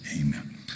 Amen